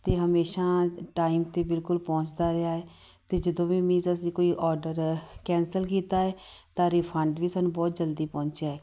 ਅਤੇ ਹਮੇਸ਼ਾ ਟਾਈਮ 'ਤੇ ਬਿਲਕੁਲ ਪਹੁੰਚਦਾ ਰਿਹਾ ਹੈ ਅਤੇ ਜਦੋਂ ਵੀ ਮੀਨਜ਼ ਅਸੀਂ ਕੋਈ ਔਡਰ ਕੈਂਸਲ ਕੀਤਾ ਹੈ ਤਾਂ ਰਿਫੰਡ ਵੀ ਸਾਨੂੰ ਬਹੁਤ ਜਲਦੀ ਪਹੁੰਚਿਆ